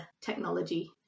technology